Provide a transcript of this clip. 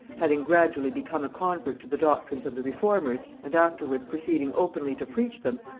having gradually become a convert to the doctrines of the reformers, and afterwards proceeding openly to preach them,